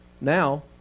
now